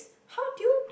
how do you